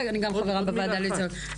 עוד מילה אחת.